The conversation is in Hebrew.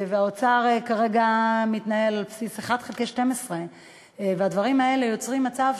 והאוצר כרגע מתנהל על בסיס 1 חלקי 12. הדברים האלה יוצרים מצב,